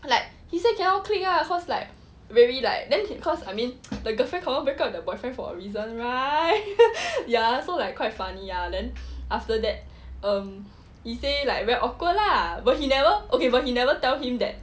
like he said cannot click lah cause like very like then cause I mean the girlfriend 好像 break up the boyfriend for a reason right ya so like quite funny ya then after that um he say like very awkward lah but he never okay but he never tell him that